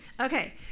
Okay